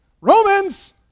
Romans